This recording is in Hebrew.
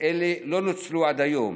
לא נוצלו עד היום.